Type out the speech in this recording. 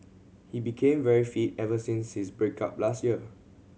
he became very fit ever since his break up last year